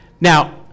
now